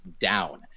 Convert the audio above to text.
down